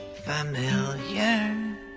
familiar